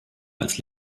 als